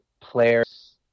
players